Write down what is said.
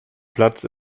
platz